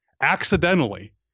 accidentally